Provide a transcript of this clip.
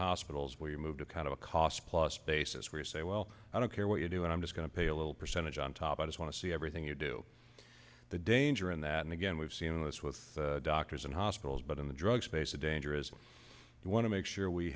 hospitals where you move to kind of a cost plus basis where you say well i don't care what you're doing i'm just going to pay a little percentage on top i just want to see everything you do the danger in that and again we've seen this with doctors and hospitals but in the drug space the danger is you want to make sure we